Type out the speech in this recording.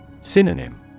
Synonym